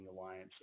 Alliance